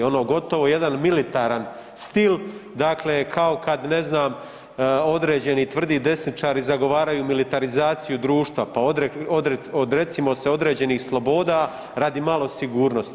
Ono gotovo jedan militaran stil dakle kao kad ne znam određeni tvrdi desničari zagovaraju militarizaciju društva, pa odrecimo se određenih sloboda radi malo sigurnosti.